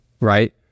right